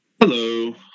Hello